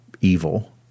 evil